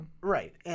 Right